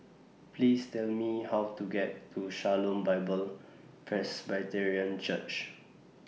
Please Tell Me How to get to Shalom Bible Presbyterian Church